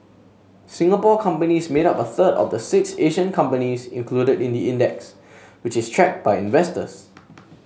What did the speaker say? Singapore companies made up a third of the six Asian companies included in the index which is tracked by investors